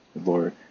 Lord